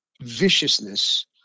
viciousness